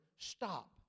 Stop